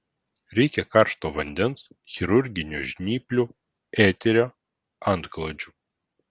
reikia karšto vandens chirurginių žnyplių eterio antklodžių